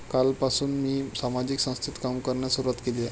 कालपासून मी सामाजिक संस्थेत काम करण्यास सुरुवात केली आहे